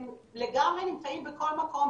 הם לגמרי נמצאים בכל מקום,